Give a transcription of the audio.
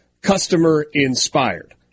customer-inspired